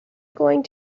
going